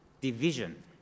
division